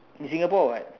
in Singapore or what